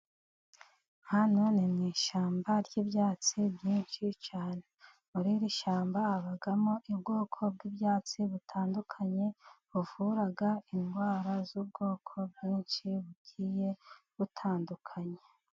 Hano ni mwishyamba ry'ibyatsi byinshi cyane, muri iri shyamba habamo ubwoko bw'ibyatsi butandukanye, buvura indwara z'ubwoko bwinshi bugiye butandukanye.